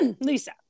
Lisa